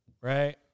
right